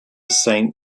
saint